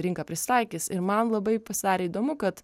rinka prisitaikys ir man labai pasidarė įdomu kad